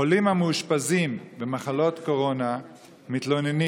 חולים המאושפזים במחלקות קורונה מתלוננים